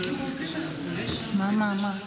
בבקשה,